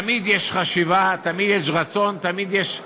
תמיד יש חשיבה, תמיד יש רצון, תמיד יש שינויים.